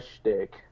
shtick